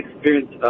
experience